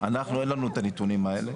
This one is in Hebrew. אנחנו אין לנו את הנתונים האלה,